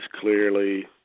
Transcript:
clearly